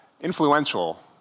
influential